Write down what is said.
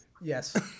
Yes